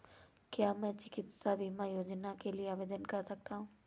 क्या मैं चिकित्सा बीमा योजना के लिए आवेदन कर सकता हूँ?